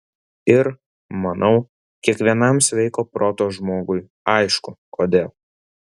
ir manau kiekvienam sveiko proto žmogui aišku kodėl